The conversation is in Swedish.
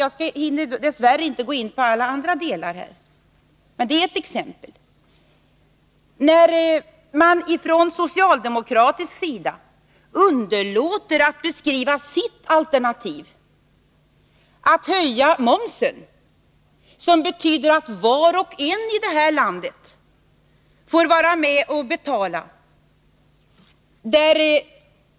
Jag hinner dess värre inte gå in på alla andra delar här, men detta är ett exempel. Från socialdemokratisk sida underlåter man att beskriva sitt alternativ, att höja momsen, som betyder att var och en i det här landet får vara med att betala.